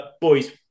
Boys